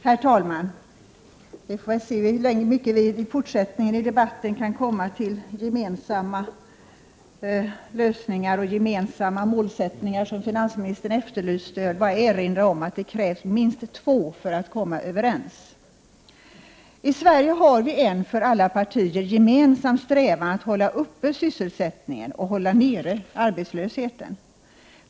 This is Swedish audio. Herr talman! Vi får väl se i vad mån vi i fortsättningen av debatten kan komma fram till gemensamma lösningar och gemensamma målsättningar, som finansministern efterlyste. Jag vill bara erinra om att det krävs minst två för att komma överens. I Sverige har vi en för alla partier gemensam strävan att hålla uppe sysselsättningen och hålla nere arbetslösheten.